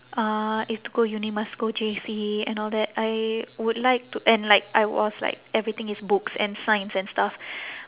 uh you have to go uni must go J_C and all that I would like to and like I was like everything is books and science and stuff